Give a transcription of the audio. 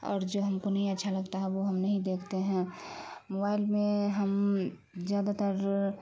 اور جو ہم کو نہیں اچھا لگتا ہے وہ ہم نہیں دیکھتے ہیں موبائل میں ہم زیادہ تر